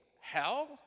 hell